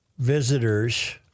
Visitors